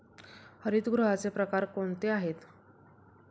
हरितगृहाचे प्रकार कोणते आहेत?